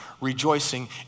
rejoicing